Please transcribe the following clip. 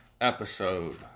episode